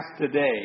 today